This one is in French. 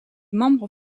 membre